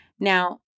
Now